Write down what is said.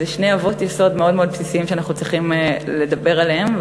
אלה שני אבות-יסוד מאוד בסיסיים שאנחנו צריכים לדבר עליהם,